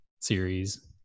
Series